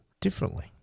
differently